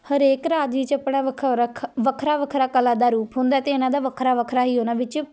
ਹਰੇਕ ਰਾਜ ਵਿੱਚ ਆਪਣਾ ਵੱਖਰਾ ਵੱਖਰਾ ਕਲਾ ਦਾ ਰੂਪ ਹੁੰਦਾ ਅਤੇ ਇਹਨਾਂ ਦਾ ਵੱਖਰਾ ਵੱਖਰਾ ਹੀ ਓਹਨਾਂ ਵਿੱਚ